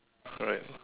alright